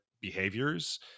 behaviors